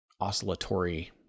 Oscillatory